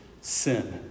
sin